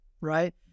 right